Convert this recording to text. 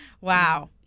Wow